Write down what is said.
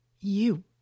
You